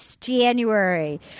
January